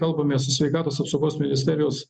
kalbamės su sveikatos apsaugos ministerijos